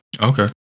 okay